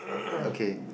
okay